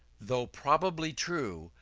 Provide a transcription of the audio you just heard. though probably true,